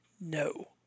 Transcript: no